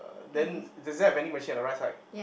then is there a vending machine at the right side